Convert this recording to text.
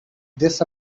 this